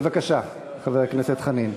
בבקשה, חבר הכנסת חנין.